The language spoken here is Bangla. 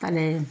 তাহলে